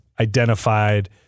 identified